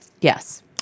Yes